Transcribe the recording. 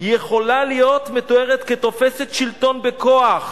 יכולה להיות מתוארת כתופסת שלטון בכוח.